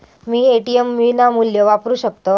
मी ATM विनामूल्य वापरू शकतय?